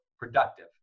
productive